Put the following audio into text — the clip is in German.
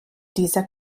dieser